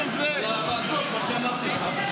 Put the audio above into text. על הוועדות, כמו שאמרתי לך.